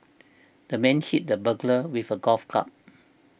the man hit the burglar with a golf club